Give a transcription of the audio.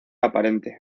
aparente